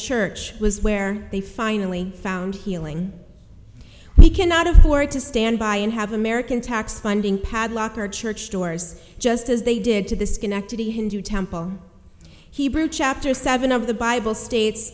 church was where they finally found healing we cannot afford to stand by and have american tax funding padlock our church doors just as they did to the schenectady hindu temple hebrew chapter seven of the bible states